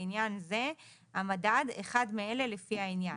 לעניין זה "המדד" - אחד מאלה לפי העניין: